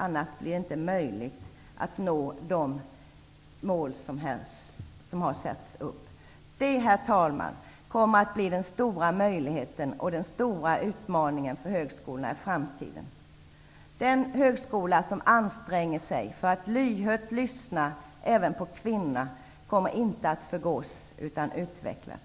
Annars blir det inte möjligt att nå de mål som har satts upp. Det, herr talman, kommer att bli den stora möjligheten och den stora utmaningen för högskolorna i framtiden. Den högskola som anstränger sig att lyhört lyssna även på kvinnorna kommer inte att förgås, utan att utvecklas.